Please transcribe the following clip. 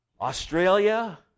Australia